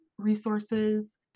resources